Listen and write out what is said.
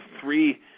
three